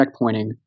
checkpointing